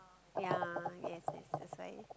ya yes yes that's why